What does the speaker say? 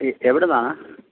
എവിടുന്നാണ്